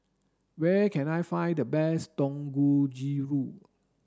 where can I find the best Dangojiru